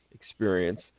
experience